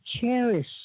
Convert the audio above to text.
cherish